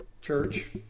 church